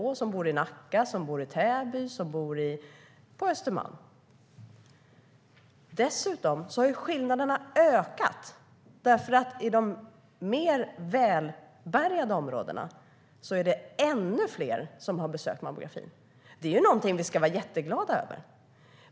Det är de som bor i Nacka eller Täby eller på Östermalm. Dessutom har skillnaderna ökat. I de mer välbärgade områdena är det ännu fler som har besökt mammografin. Det är någonting vi ska vara jätteglada över.